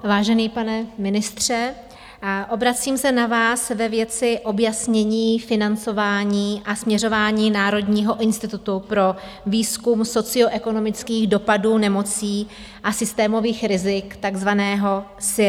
Vážený pane ministře, obracím se na vás ve věci objasnění financování a směřování Národního institutu pro výzkum socioekonomických dopadů nemocí a systémových rizik, takzvaného SYRI.